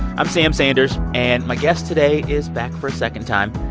i'm sam sanders. and my guest today is, back for a second time,